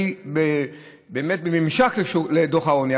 ובממשק לדוח העוני,